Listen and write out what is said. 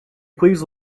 please